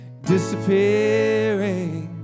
disappearing